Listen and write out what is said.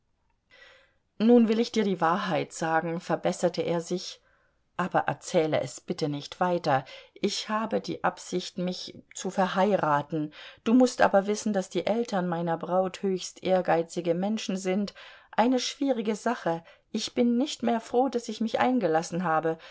nun will ich dir die wahrheit sagen verbesserte er sich aber erzähle es bitte nicht weiter ich habe die absicht mich zu verheiraten du mußt aber wissen daß die eltern meiner braut höchst ehrgeizige menschen sind eine schwierige sache ich bin nicht mehr froh daß ich mich eingelassen habe